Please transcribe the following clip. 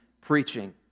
preaching